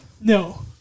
No